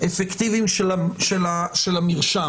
האפקטיביים של המרשם.